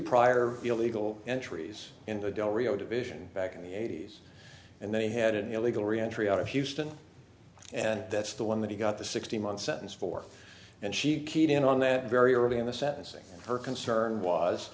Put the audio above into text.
prior illegal entries in the del rio division back in eighty's and they had an illegal reentry out of houston and that's the one that he got the sixteen month sentence for and she keyed in on that very early in the sentencing her concern was